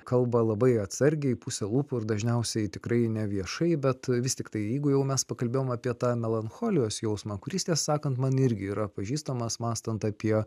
kalba labai atsargiai puse lūpų ir dažniausiai tikrai ne viešai bet vis tiktai jeigu jau mes pakalbėjom apie tą melancholijos jausmą kuris tiesą sakant man irgi yra pažįstamas mąstant apie